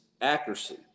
accuracy